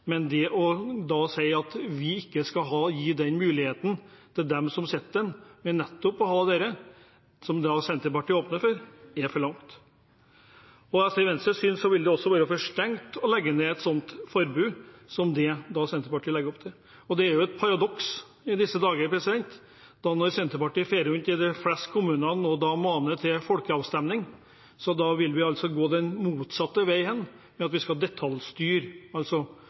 Men det å si at vi da ikke skal gi den muligheten til dem som sitter der, til å ha nettopp dette, som da Senterpartiet åpner for, er å gå for langt. Etter Venstres syn vil det også være for strengt å legge ned et sånt forbud som Senterpartiet her legger opp til. Det er jo et paradoks at Senterpartiet i disse dager farer rundt i de fleste kommuner og maner til folkeavstemning, men vil altså gå den motsatte veien – at vi skal detaljstyre